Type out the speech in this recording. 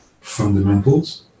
fundamentals